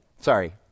Sorry